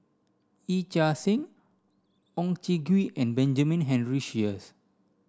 Yee Chia Hsing Oon Jin Gee and Benjamin Henry Sheares